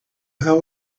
how